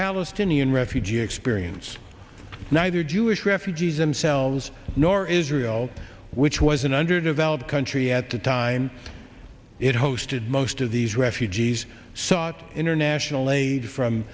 palestinian refugee experience neither jewish refugees themselves nor israel which was an underdeveloped country at the time it hosted most of these refugees sought international aid from